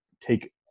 Take